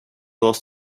was